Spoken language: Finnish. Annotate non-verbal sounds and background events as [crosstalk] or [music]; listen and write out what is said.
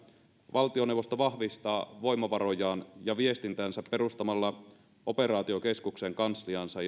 valtioneuvosto vahvistaa voimavarojaan ja viestintäänsä perustamalla operaatiokeskuksen kansliaansa [unintelligible]